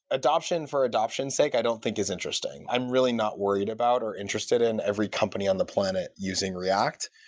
adoption for adoption's sake i don't think is interesting. i'm really not worried about or interested in every company on the planet using react.